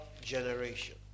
generation